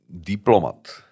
diplomat